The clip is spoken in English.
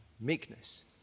meekness